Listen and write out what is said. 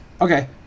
Okay